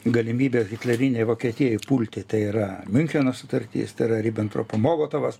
galimybę hitlerinei vokietijai pulti tai yra miuncheno sutartis tai yra ribentropo molotovas